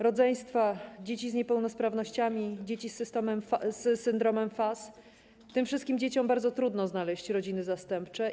Rodzeństwa, dzieci z niepełnosprawnościami, dzieci z syndromem FAS - tym wszystkich dzieciom bardzo trudno znaleźć rodziny zastępcze.